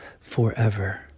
forever